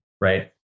right